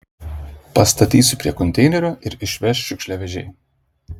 pastatysiu prie konteinerio ir išveš šiukšliavežiai